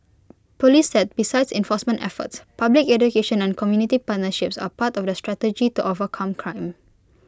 Police said besides enforcement efforts public education and community partnerships are part of the strategy to overcome crime